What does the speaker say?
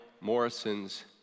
Morrison's